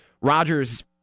Rodgers